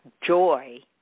joy